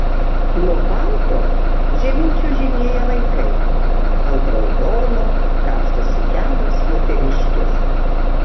nuo balto žemyn čiuožinėja vaikai ant raudono kapstosi kelios moteriškės